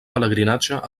pelegrinatge